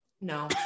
No